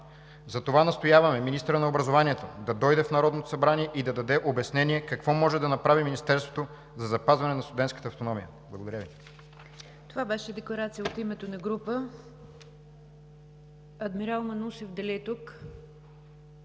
Затова настояваме министърът на образованието да дойде в Народното събрание и даде обяснение – какво може да направи Министерството за запазване на студентската автономия. Благодаря.